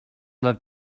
love